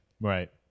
right